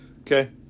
okay